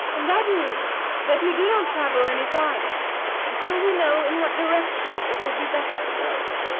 and that is, that you do not travel any farther until we know in what direction it will be best to go.